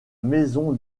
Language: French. maison